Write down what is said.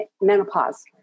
menopause